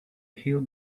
hill